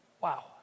wow